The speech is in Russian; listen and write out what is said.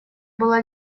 было